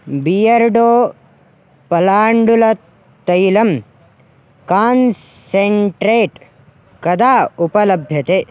Beardo पलाण्डुतैलं concentrate कदा उपलभ्यते